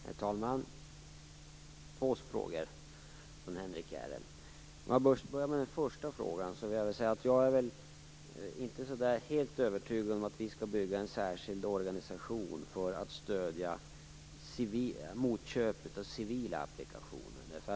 Herr talman! Henrik Järrel ställde två frågor. För att börja med den första är jag inte helt övertygad om att vi skall bygga en särskild organisation för att stödja motköp av civila applikationer.